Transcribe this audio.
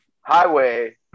highway